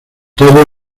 todo